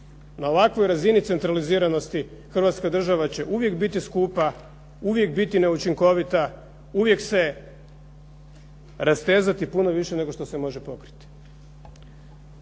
na ovakvoj razini centraliziranosti Hrvatska država će uvijek biti skupa, uvijek biti neučinkovita, uvijek se rastezati puno više nego što se može pokriti.